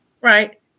Right